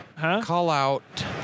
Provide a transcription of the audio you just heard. call-out